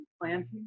planting